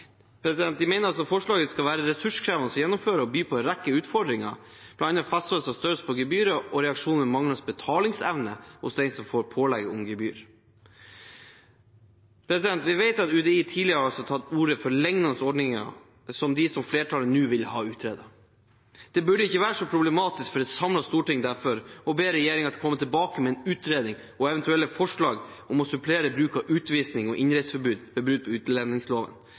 by på en rekke utfordringer, bl.a. fastslåelse av størrelsen på gebyrene og manglende betalingsevne hos dem som får pålegg om gebyr. Vi vet at UDI tidligere har tatt til orde for lignende ordninger som dem flertallet nå vil ha utredet. Det burde derfor ikke være så problematisk for et samlet storting å be regjeringen komme tilbake med en utredning og eventuelle forslag om å supplere bruk av utvisning og innreiseforbud for brudd på utlendingsloven.